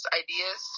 ideas